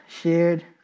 shared